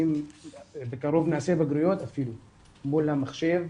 בקרוב נעשה אפילו בגרויות מול המחשב,